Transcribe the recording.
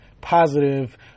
positive